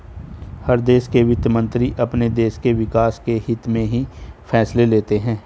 हर देश के वित्त मंत्री अपने देश के विकास के हित्त में ही फैसले लेते हैं